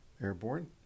Airborne